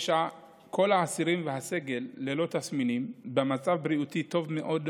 כל האסירים והסגל שהיו ללא תסמינים במצב בריאותי טוב מאוד,